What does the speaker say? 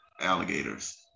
alligators